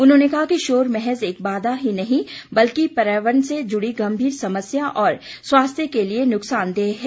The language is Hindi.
उन्होंने कहा कि शोर महज एक बाघा ही नहीं बल्कि पर्यावरण से जुड़ी गंभीर समस्या और स्वास्थ्य के लिए नुकसानदेह है